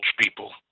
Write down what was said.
people